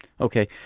Okay